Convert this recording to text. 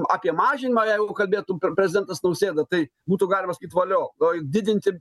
apie mažinimą jeigu kalbėtų pr prezidentas nausėda tai būtų galima sakyt valio didinti